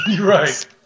right